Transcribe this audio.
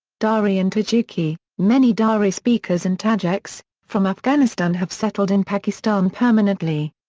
dari and tajiki many dari speakers and tajiks, from afghanistan have settled in pakistan permanently.